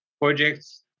projects